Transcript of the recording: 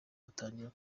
atangira